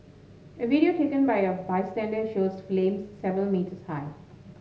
a video taken by a bystander shows flames several metres high